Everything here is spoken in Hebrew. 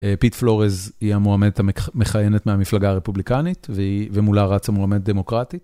פיט פלורז היא המועמדת המכהנת מהמפלגה הרפובליקנית, ומולה רץ המועמדת דמוקרטית.